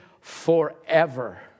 forever